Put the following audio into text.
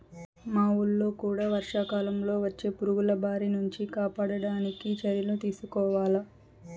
మా వూళ్ళో కూడా వర్షాకాలంలో వచ్చే పురుగుల బారి నుంచి కాపాడడానికి చర్యలు తీసుకోవాల